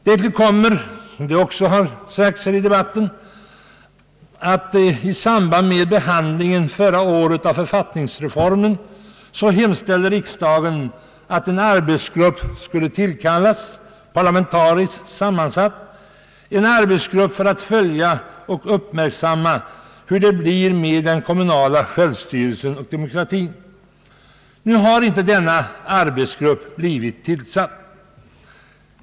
Därtill kommer, vilket också framhållits av dem som talat för reservationen, att i samband med behandlingen av författningsreformen förra året riksdagen hemställde att det skulle tillkallas en parlamentariskt sammansatt arbetsgrupp, som skulle följa och uppmärksamma vad som händer beträffande den kommunala självstyrelsen och demokratin. Denna arbetsgrupp har inte blivit tillsatt.